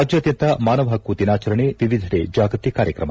ರಾಜ್ಯಾದ್ಯಂತ ಮಾನವ ಪಕ್ಕು ದಿನಾಚರಣೆ ವಿವಿಧೆಡೆ ಜಾಗೃತಿ ಕಾರ್ಯಕ್ರಮ